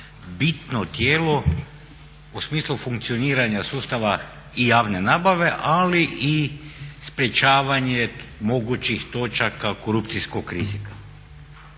bitno tijelo u smislu funkcioniranja sustava i javne nabave ali i sprječavanje mogućih točaka korupcijskog rizika?